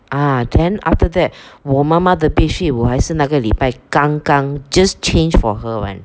ah then after that 我妈妈的 bedsheet 我还是那个礼拜刚刚 just change for her one